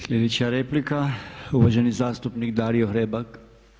Sljedeća replika, uvaženi zastupnik Dario Hrebak.